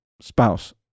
spouse